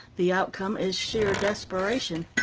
the outcome is sheer desperation.